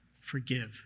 Forgive